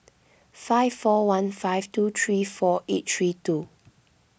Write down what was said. five four one five two three four eight three two